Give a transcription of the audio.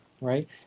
Right